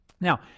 Now